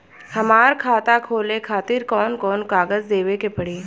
हमार खाता खोले खातिर कौन कौन कागज देवे के पड़ी?